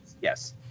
Yes